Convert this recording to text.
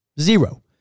Zero